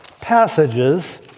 passages